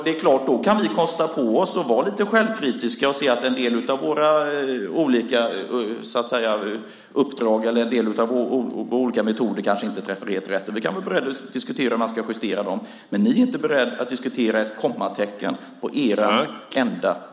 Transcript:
Då kan vi kosta på oss att vara självkritiska och se att en del av våra olika uppdrag och metoder kanske inte träffar helt rätt. Vi kan vara beredda att diskutera om de ska justeras, men ni är inte beredda att diskutera ett kommatecken i ert enda förslag.